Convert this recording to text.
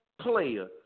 player